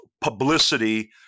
publicity